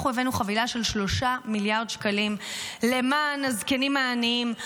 הבאנו חבילה של 3 מיליארד שקלים למען הזקנים העניים,